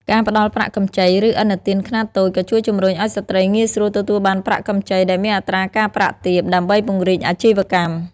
ការផ្តល់ប្រាក់កម្ចី ឬឥណទានខ្នាតតូច ក៏ជួយជំរុញឲ្យស្ត្រីងាយស្រួលទទួលបានប្រាក់កម្ចីដែលមានអត្រាការប្រាក់ទាប ដើម្បីពង្រីកអាជីវកម្ម។